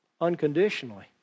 unconditionally